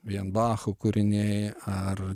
vien bacho kūriniai ar